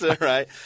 right